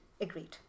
Agreed